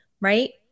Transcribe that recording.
right